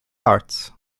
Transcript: arts